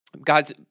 God's